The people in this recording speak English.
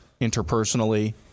interpersonally